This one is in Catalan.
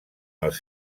els